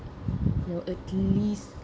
you know at least